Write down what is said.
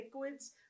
liquids